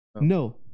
No